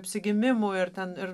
apsigimimų ir ten ir